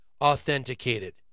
authenticated